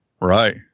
Right